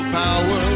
power